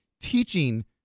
teaching